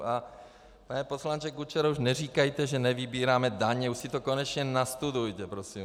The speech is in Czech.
A pane poslanče Kučero, už neříkejte, že nevybíráme daně, už si to konečně nastudujte, prosím vás.